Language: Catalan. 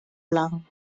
blanc